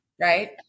right